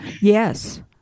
Yes